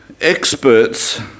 experts